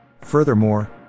Furthermore